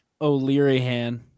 O'Learyhan